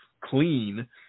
clean